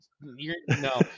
No